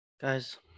guys